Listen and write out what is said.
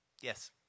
Yes